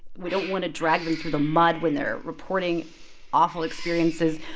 we don't want to drag them through the mud when they're reporting awful experiences.